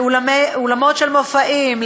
לאולמות מופעים,